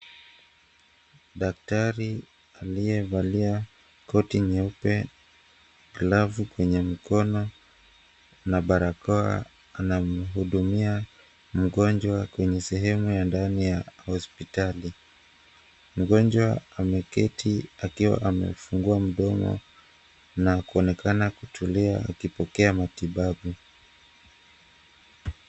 Daktari aliyevalia koti nyeupe na gloves kwenye mikono anamhudumia mgonjwa kwenye sehemu ya ndani ya hospitali, mgonjwa ameketi akiwa amefungua mdomo na kuonekana kutulia akipokea matibabu.